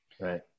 Right